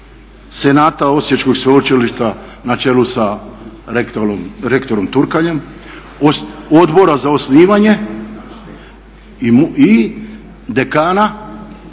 senata Osječkog sveučilišta na čelu sa rektorom Turkaljem, odbora za osnivanje i dekana